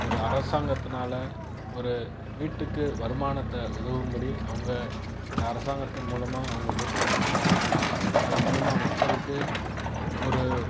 ஒரு அரசாங்கத்தனால் ஒரு வீட்டுக்கு வருமானத்தை உதவும் படி அவங்க இந்த அரசாங்கத்தின் மூலமாக அவங்க கொடுக்கபட்டு இருக்குது அது மூலமாக மக்களுக்கு ஒரு